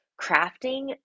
crafting